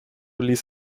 ließ